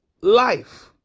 life